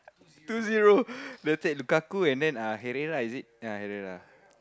two zero Lukaku and then Herrera is it yeah Herrera